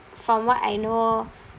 from what I know